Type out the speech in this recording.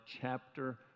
chapter